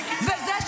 --- די.